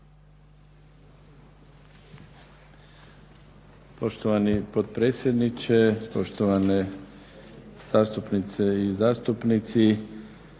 Poštovani potpredsjedniče, poštovane zastupnice i zastupnici.